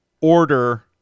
order